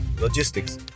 logistics